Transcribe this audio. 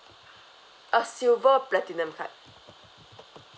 oh silver platinum card